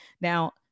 Now